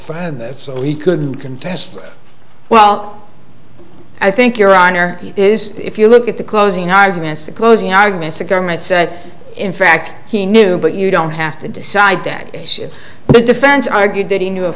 find that so he couldn't contest well i think your honor he is if you look at the closing arguments the closing arguments a government set in fact he knew but you don't have to decide that it's if the defense argued that he knew a